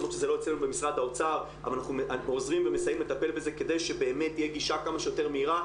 אנחנו עוזרים ומסייעים לטפל בזה כדי שבאמת יהיה גישה כמה שיותר מהירה,